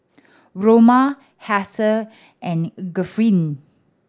Roman Heather and Griffin